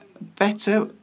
better